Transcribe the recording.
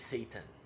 Satan